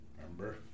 remember